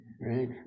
right